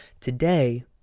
Today